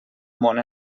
món